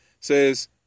says